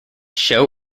show